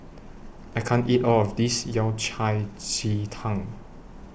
I can't eat All of This Yao Cai Ji Tang